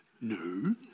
no